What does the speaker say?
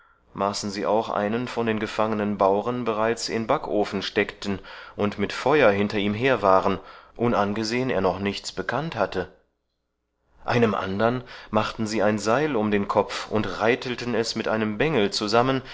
maßen sie auch einen von den gefangenen bauren bereits in backofen steckten und mit feuer hinter ihm her waren unangesehen er noch nichts bekannt hatte einem andern machten sie ein seil um den kopf und raitelten es mit einem bengel zusammen